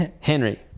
Henry